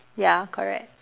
ya correct